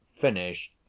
finished